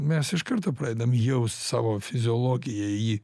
mes iš karto pradedam jaust savo fiziologija jį